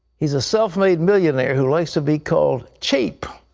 he's a self-made millionaire who likes to be called cheap.